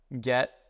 get